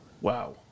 Wow